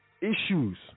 issues